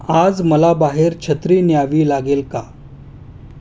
आज मला बाहेर छत्री न्यावी लागेल का